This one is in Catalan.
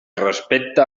respecta